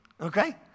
okay